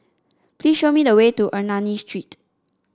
please show me the way to Ernani Street